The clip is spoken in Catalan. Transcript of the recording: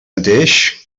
mateix